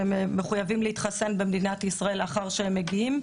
והם מחויבים להתחסן במדינת ישראל לאחר שהם מגיעים,